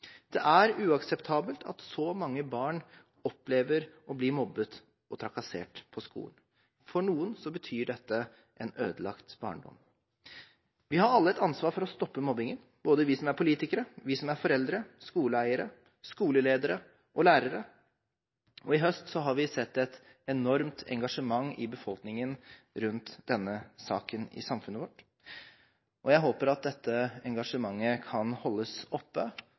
Det er uakseptabelt at så mange barn opplever å bli mobbet og trakassert på skolen. For noen betyr dette en ødelagt barndom. Vi har alle et ansvar for å stoppe mobbingen, både vi som er politikere, og vi som er foreldre, skoleeiere, skoleledere og lærere. I høst har vi sett et enormt engasjement i befolkningen rundt denne saken i samfunnet vårt. Jeg håper at dette engasjementet kan holdes oppe